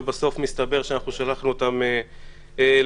ובסוף מסתבר שאנחנו שלחנו אותם לגיהינום.